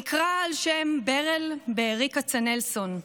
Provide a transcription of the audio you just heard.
נקרא על שם ברל בארי כצנלסון,